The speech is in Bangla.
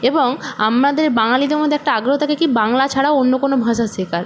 এবং আমাদের বাঙালিদের মধ্যে একটা আগ্রহ থাকে কী বাংলা ছাড়া অন্য কোনো ভাষা শেখার